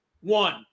One